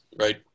right